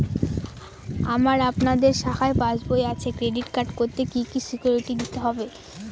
আমার আপনাদের শাখায় পাসবই আছে ক্রেডিট কার্ড করতে কি কি সিকিউরিটি দিতে হবে?